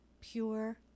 pure